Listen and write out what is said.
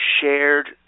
shared